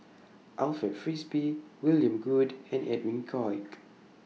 Alfred Frisby William Goode and Edwin Koek